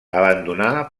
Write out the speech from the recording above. abandonà